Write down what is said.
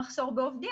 המחסור בעובדים,